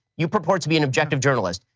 you purport to be an objective journalist.